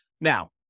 Now